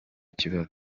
kibazo